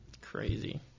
Crazy